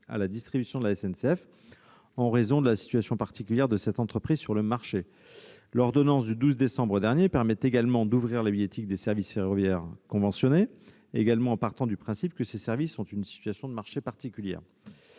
à la distribution de la SNCF, en raison de la situation particulière de cette entreprise sur le marché. L'ordonnance du 12 décembre dernier permet également d'ouvrir la billettique des services ferroviaires conventionnés, en partant du principe que ces services sont dans une situation de marché particulière.